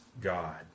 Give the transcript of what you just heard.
god